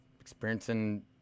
experiencing